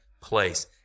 place